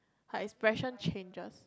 like expression changes